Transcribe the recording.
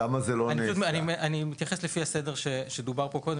אני מתייחס לפי הסדר שדובר פה מקודם,